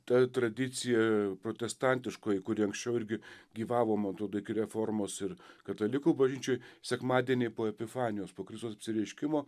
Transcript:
ta tradicija protestantiškoji kuri anksčiau irgi gyvavo man atrodo iki reformos ir katalikų bažnyčioj sekmadienį po epifanijos po kristaus apsireiškimo